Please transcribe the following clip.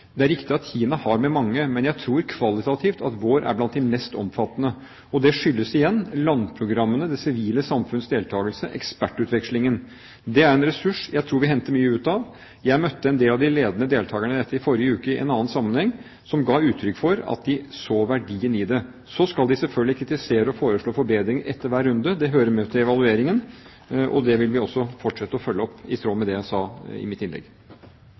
Det er riktig at Kina har dialog med mange, men jeg tror at vår er blant de kvalitativt mest omfattende. Det skyldes igjen landprogrammene, det sivile samfunns deltakelse og ekspertutvekslingen. Det er en ressurs jeg tror vi henter mye ut av. Jeg møtte en del av de ledende deltakerne i dette i forrige uke i en annen sammenheng, som ga uttrykk for at de så verdien av det. Så skal de selvfølgelig kritisere og foreslå forbedringer etter hver runde. Det hører med til evalueringen, og det vil vi også fortsette å følge opp, i tråd med det jeg sa i mitt innlegg.